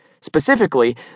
specifically